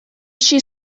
she